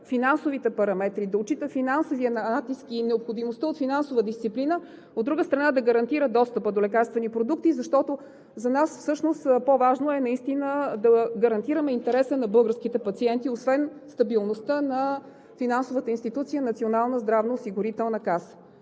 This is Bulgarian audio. финансовите параметри, да отчита финансовия натиск и необходимостта от финансова дисциплина, от друга страна, да гарантира достъпа до лекарствени продукти, защото за нас всъщност е по-важно наистина да гарантираме интереса на българските пациенти, освен стабилността на финансовата институция –Националната здравноосигурителна каса.